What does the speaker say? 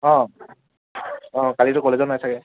অঁ অঁ কালিতো কলেজো নাই ছাগৈ